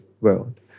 world